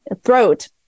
throat